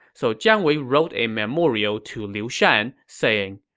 so jiang wei wrote a memorial to liu shan, saying,